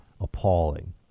appalling